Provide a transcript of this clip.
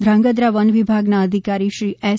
ધાંગધ્રા વનવિભાગના અધિકારી શ્રી એસ